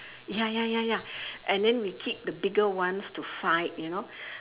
ya ya ya ya and then we keep the bigger ones to fight you know